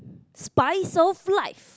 spice of life